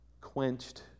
quenched